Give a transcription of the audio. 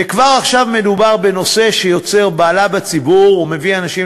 וכבר עכשיו מדובר בנושא שיוצר בהלה בציבור ומביא אנשים